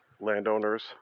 landowners